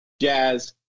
jazz